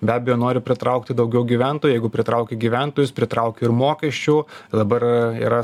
be abejo nori pritraukti daugiau gyventojų jeigu pritraukia gyventojus pritraukia ir mokesčių dabar yra